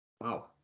Wow